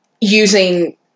using